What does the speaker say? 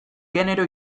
genero